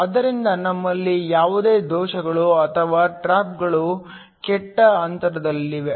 ಆದ್ದರಿಂದ ನಮ್ಮಲ್ಲಿ ಯಾವುದೇ ದೋಷಗಳು ಅಥವಾ ಟ್ರಾಪ್ಗಳು ಕೆಟ್ಟ ಅಂತರದಲ್ಲಿವೆ